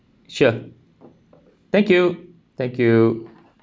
sure thank you thank you